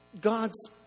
God's